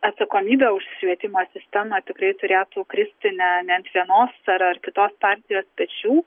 atsakomybė už švietimo sistemą tikrai turėtų kristi ne ne ant vienos ar kitos partijos pečių